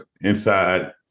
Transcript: inside